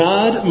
God